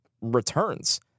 returns